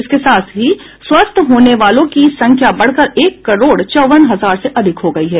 इसके साथ ही स्वस्थ होने वालों की संख्या बढ़कर एक करोड चौवन हजार से अधिक हो गई है